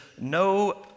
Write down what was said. no